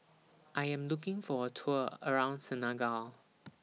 I Am looking For A Tour around Senegal